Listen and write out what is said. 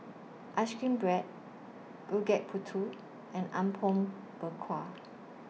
Ice Cream Bread Gudeg Putih and Apom Berkuah